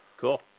Cool